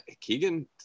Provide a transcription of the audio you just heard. Keegan